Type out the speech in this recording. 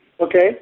Okay